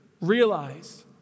realize